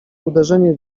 uderzenie